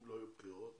אם לא יהיו בחירות כמובן,